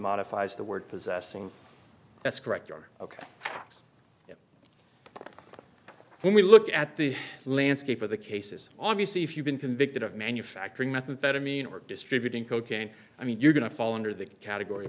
modifies the word possessing that's correct or ok thanks when we look at the landscape of the cases obviously if you've been convicted of manufacturing methamphetamine or distributing cocaine i mean you're going to fall under that category